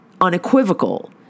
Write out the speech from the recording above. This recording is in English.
Unequivocal